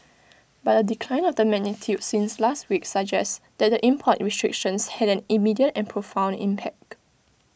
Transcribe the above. but A decline of the magnitude since last week suggests that the import restrictions had an immediate and profound impact